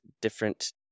different